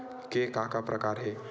के का का प्रकार हे?